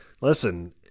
listen